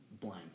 blank